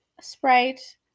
Sprite